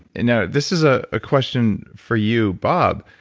you know this is a ah question for you, bob.